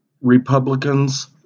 Republicans